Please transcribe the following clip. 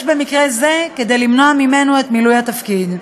במקרה זה כדי למנוע ממנו את מילוי התפקיד.